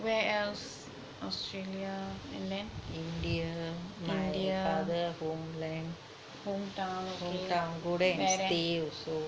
where else australia and then india hometown okay where eh